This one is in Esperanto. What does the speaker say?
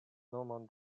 nomon